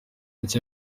nshya